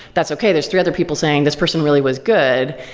that's okay, there's three other people saying this person really was good.